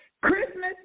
Christmas